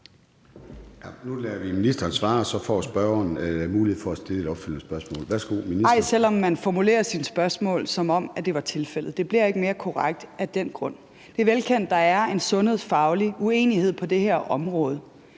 Nu lader vi ministeren svare, og så får spørgeren mulighed for at stille et opfølgende spørgsmål. Værsgo til ministeren. Kl. 13:19 Indenrigs- og sundhedsministeren (Sophie Løhde): Selv om man formulerer sine spørgsmål, som om det var tilfældet, bliver det ikke mere korrekt af den grund. Det er velkendt, at der er en sundhedsfaglig uenighed på det her område.